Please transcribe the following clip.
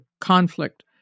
conflict